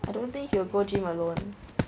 I don't think he will go gym alone